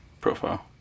profile